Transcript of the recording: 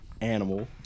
Animal